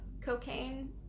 cocaine